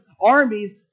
Armies